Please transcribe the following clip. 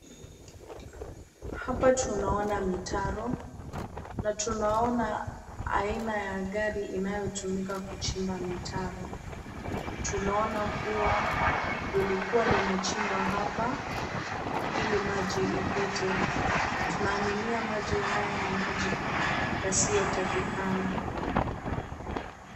Hapa tunaona mitaro na tunaona aina ya gari inayotumika kuchimba mitaro . Tunaona kuwa lilikuwa linachimba hapa ili maji ipite . Tuna aminia maji haya ni maji yasiyotakikana.